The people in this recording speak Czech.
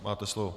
Máte slovo.